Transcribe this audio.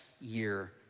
year